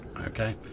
Okay